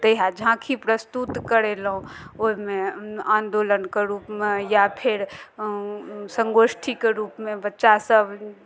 तहिआ झाँकी प्रस्तुत करेलहुँ ओहिमे आन्दोलनके रूपमे या फेर सङ्गोष्ठीके रूपमे बच्चासभ